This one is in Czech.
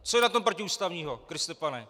Co je na tom protiústavního, Kriste Pane?